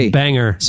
banger